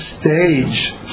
stage